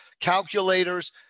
calculators